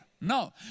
No